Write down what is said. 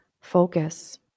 Focus